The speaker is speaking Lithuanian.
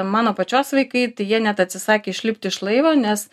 mano pačios vaikai tai jie net atsisakė išlipti iš laivo nes